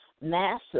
massive